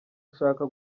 ushaka